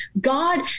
God